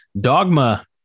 Dogma